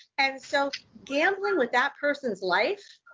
and so, gambling with that person's life,